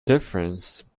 difference